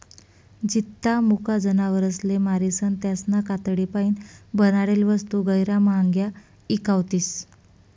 जित्ता मुका जनावरसले मारीसन त्यासना कातडीपाईन बनाडेल वस्तू गैयरा म्हांग्या ईकावतीस